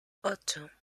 ocho